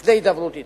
לידי הידברות אתם.